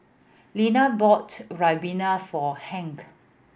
Lannie bought ribena for Hank